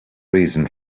reason